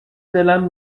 دلم